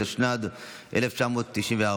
התשנ"ד 1994,